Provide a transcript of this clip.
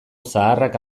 zaharrak